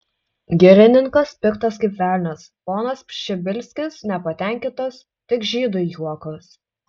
girininkas piktas kaip velnias ponas pšibilskis nepatenkintas tik žydui juokas